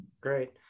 great